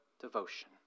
devotion